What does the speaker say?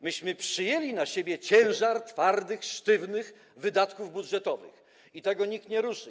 Myśmy przyjęli na siebie ciężar twardych, sztywnych wydatków budżetowych i tego nikt nie ruszy.